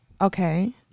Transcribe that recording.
Okay